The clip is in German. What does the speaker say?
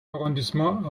arrondissement